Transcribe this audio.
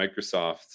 Microsoft